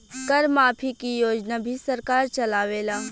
कर माफ़ी के योजना भी सरकार चलावेला